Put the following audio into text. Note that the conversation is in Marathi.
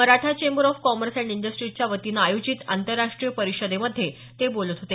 Maratha chamber of commerce and इंडस्ट्रीच्या वतीनं आयोजित आंतरराष्ट्रीय परिषदेमध्ये ते बोलत होते